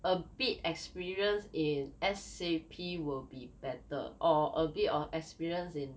a bit experience in S_A_P will be better or a bit of experience in